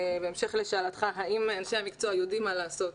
בהמשך לשאלתך האם אנשי המקצוע יודעים מה לעשות,